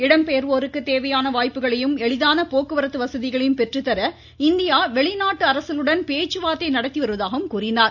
இடம்பெயர்வோருக்கு தேவையான வாய்ப்புகளையும் எளிதான போக்குவரத்து வசதிகளையும் பெற்றுத்தர இந்தியா வெளிநாட்டு அரசுகளுடன் பேச்சுவார்த்தை நடத்திவருவதாகவும் கூறினார்